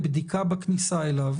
למסעדות,